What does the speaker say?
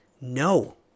no